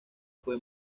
fue